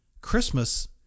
Christmas